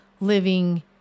living